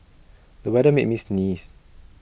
the weather made me sneeze